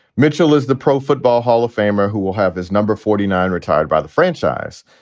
mitchell is the pro football hall of famer who will have his number. forty nine retired by the franchise.